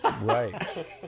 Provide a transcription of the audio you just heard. Right